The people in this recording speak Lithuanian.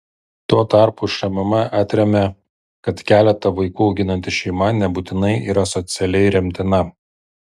tuo tarpu šmm atremia kad keletą vaikų auginanti šeima nebūtinai yra socialiai remtina